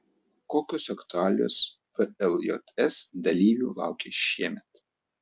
kokios aktualijos pljs dalyvių laukia šiemet